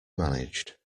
managed